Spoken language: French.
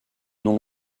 non